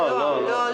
לא, לא.